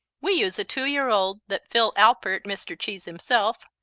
we use a two-year-old that phil alpert, mr. cheese himself,